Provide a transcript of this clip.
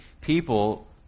people